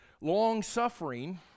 long-suffering